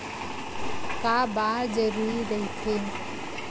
का बार जरूरी रहि थे?